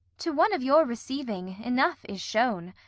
to one of your receiving enough is shown.